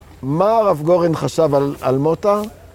מה הרב גורן חשב על מוטה?